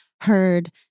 heard